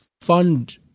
fund